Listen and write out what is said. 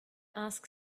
ask